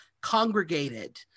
congregated